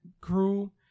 crew